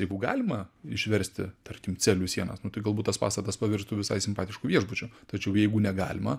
jeigu galima išversti tarkim celių sienas nu tai galbūt tas pastatas pavirstų visai simpatišku viešbučiu tačiau jeigu negalima